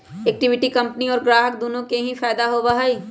equity के company और ग्राहक दुन्नो के ही फायद दा होबा हई